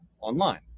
online